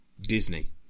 Disney